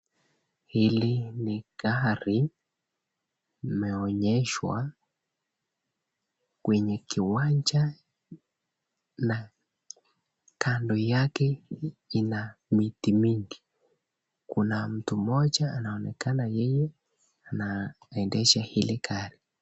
Hili ni gari imeonyeshwa kwenye kiwanja na kando yake ina miti mingi. Kuna mtu mmoja anaonekana yeye anaendesha hili gari.